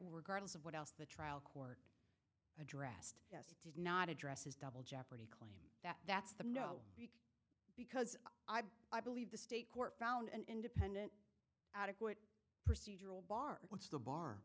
regardless of what else the trial court addressed yes did not address his double jeopardy that that's the no because i've i believe the state court found an independent adequate procedural bar once the bar